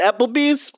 Applebee's